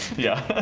yeah,